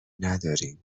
ندارین